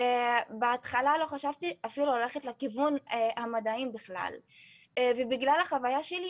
בהתחלה לא חשבתי אפילו ללכת לכיוון המדעים בכלל ובגלל החוויה האישית